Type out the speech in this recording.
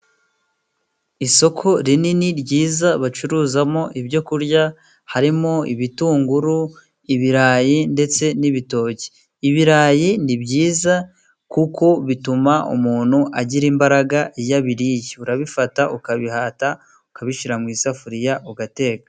Isoko rinini ryiza bacuruzamo ibyoku kurya harimo ibitunguru, ibirayi, ndetse n'ibitoki. Ibirayi ni byiza kuko bituma umuntu agira imbaraga iyo biriye. Urabifata ukabihata, ukabishyira mu isafuriya, ugateka.